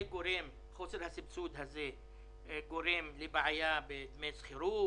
חוסר הסבסוד גורם לבעיה בדמי שכירות.